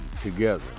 together